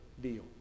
deal